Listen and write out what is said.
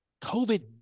COVID